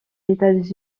états